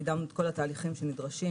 קידמנו את כל התהליכים שנדרשים.